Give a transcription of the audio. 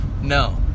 No